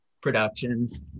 productions